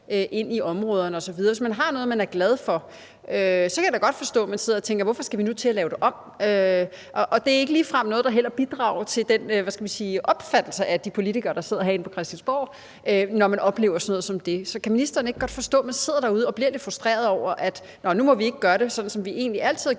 ind i områderne osv. – hvis man har noget, man er glad for – så kan jeg da godt forstå, at man sidder og tænker: Hvorfor skal vi nu til at lave det om? Og det er heller ikke ligefrem noget, der bidrager positivt til opfattelsen af de politikere, der sidder herinde på Christiansborg, når man oplever sådan noget som det. Så kan ministeren ikke godt forstå, at man sidder derude og bliver lidt frustreret over, at nu må vi ikke gøre det sådan, som vi egentlig altid har